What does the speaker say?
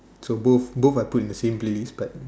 so both both are put in the same playlist but